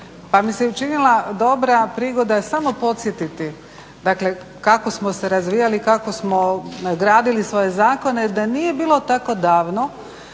mi se učinila dobra prigoda samo podsjetiti dakle kako smo se razvijali, kako smo gradili svoje zakone da nije bilo tako davno